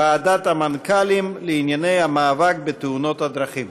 ועדת המנכ"לים לענייני המאבק בתאונות הדרכים.